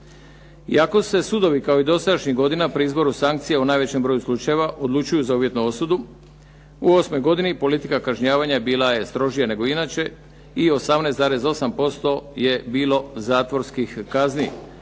Iako se sudovi kao i dosadašnjih godina pri izboru sankcija u najvećem broju slučajeva odlučuju za uvjetnu osudu, u osmoj godini politika kažnjavanja bila je strožija nego inače i 18,8% je bilo zatvorskih kazni,